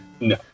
No